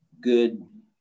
good